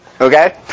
okay